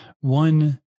one